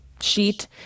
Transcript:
sheet